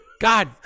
God